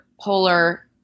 polar